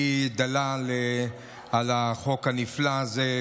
אני קודם כול באמת רוצה לברך את ידידי אלי דלל על החוק הנפלא הזה,